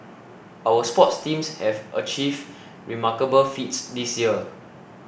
our sports teams have achieved remarkable feats this year